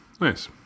nice